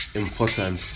important